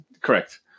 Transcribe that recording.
Correct